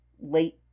late